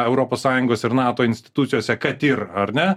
europos sąjungos ir nato institucijose kad ir ar ne